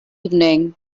evening